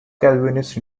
calvinist